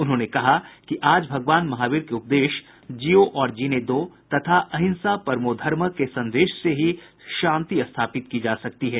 उन्होंने कहा कि आज भगवान महावीर के उपदेश जियो और जीने दो तथा अहिंसा परमो धर्मः के संदेश से ही शांति स्थापित की जा सकती है